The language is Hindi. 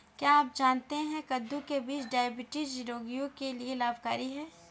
क्या आप जानते है कद्दू के बीज डायबिटीज रोगियों के लिए लाभकारी है?